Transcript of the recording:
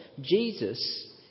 Jesus